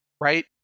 right